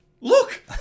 Look